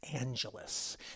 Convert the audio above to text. Angeles